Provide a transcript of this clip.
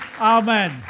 Amen